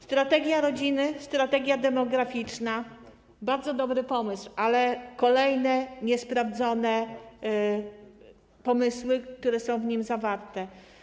Strategia rodziny, strategia demograficzna - bardzo dobry pomysł, ale i kolejne niesprawdzone pomysły, które są w nich zawarte.